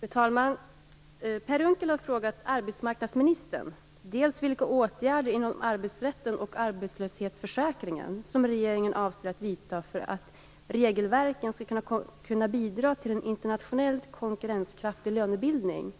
Fru talman! Per Unckel har frågat arbetsmarknadsministern dels vilka åtgärder inom arbetsrätten och arbetslöshetsförsäkringen regeringen avser att vidta för att regelverken skall kunna bidra till en internationellt konkurrenskraftig lönebildning,